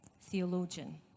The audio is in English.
theologian